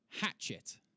Hatchet